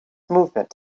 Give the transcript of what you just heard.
movement